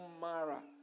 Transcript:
Mara